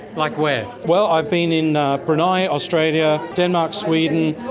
like where? well, i've been in brunei, australia, denmark, sweden,